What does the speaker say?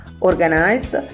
organized